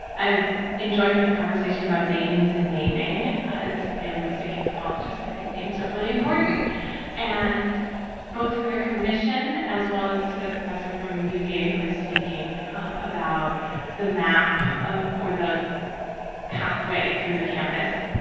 i'm enjoying this conversation about names and naming. as a linguistic anthropologist, i think names are really important and both for the commission as well as to the professor from uva who is speaking about the map or the pathway through the campus,